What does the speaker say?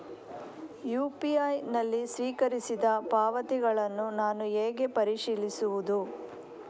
UPI ನಲ್ಲಿ ಸ್ವೀಕರಿಸಿದ ಪಾವತಿಗಳನ್ನು ನಾನು ಹೇಗೆ ಪರಿಶೀಲಿಸುವುದು?